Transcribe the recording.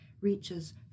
reaches